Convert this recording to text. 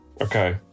Okay